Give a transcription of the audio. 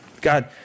God